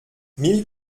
mille